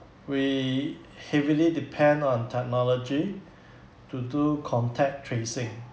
we heavily depend on technology to do contact tracing